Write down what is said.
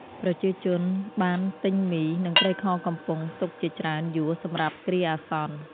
ប្រជាជនបានទិញមី និងត្រីខកំប៉ុងទុកជាច្រើនយួរសម្រាប់គ្រាអាសន្ន។